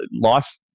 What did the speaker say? life